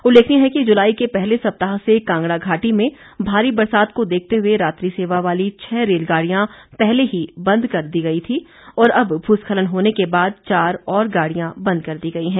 उल्लेखनीय है कि जुलाई के पहले सप्ताह से कांगड़ा घाटी में भारी बरसात को देखते हुए रात्रि सेवा वाली छह रेलगाड़ियां पहले ही बंद कर दी गई थीं और अब भूस्खलन होने के बाद चार और गाड़ियां बंद कर दी गई हैं